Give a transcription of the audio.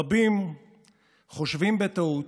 רבים חושבים בטעות